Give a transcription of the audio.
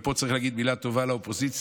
ופה צריך להגיד מילה טובה על האופוזיציה,